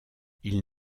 ils